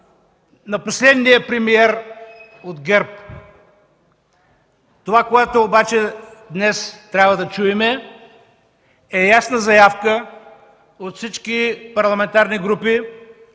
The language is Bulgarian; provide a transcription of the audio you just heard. на последния премиер от ГЕРБ. Това, което обаче днес трябва да чуем, е ясна заявка от всички парламентарни групи,